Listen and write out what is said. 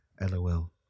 lol